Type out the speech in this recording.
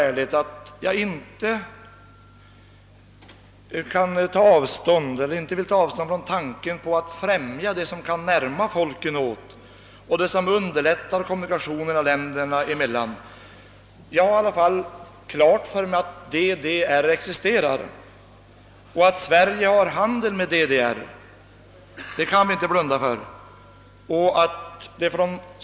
Däremot kan jag ärligt deklarera att jag inte vill ta avstånd från tanken på att främja det som kan närma folken till varandra och det som underlättar kommunikationerna mellan länderna. Jag har i alla fall klart för mig att DDR existerar och att Sverige driver handel med DDR. Detta är ting som vi inte kan blunda för.